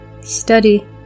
Study